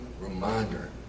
reminder